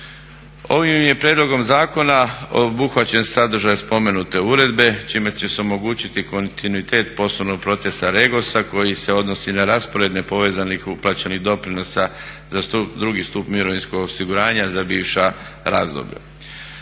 Ovim je prijedlogom zakona obuhvaćen sadržaj spomenute uredbe čime će se omogućiti kontinuitet poslovnog procesa REGOS-a koji se odnosi na raspored nepovezanih uplaćenih doprinosa za drugi stup mirovinskog osiguranja za bivša razdoblja.